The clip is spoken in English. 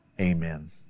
Amen